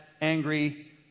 angry